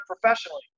professionally